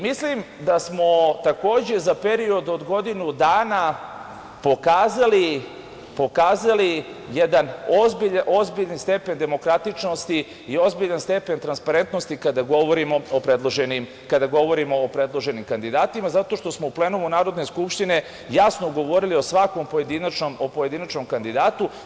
Mislim da smo takođe za period od godinu dana pokazali jedan ozbiljni stepen demokratičnosti i ozbiljan stepen transparentnosti kada govorimo o predloženim kandidatima, zato što smo u plenumu Narodne skupštine jasno govorili o svakom pojedinačnom kandidatu.